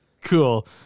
Cool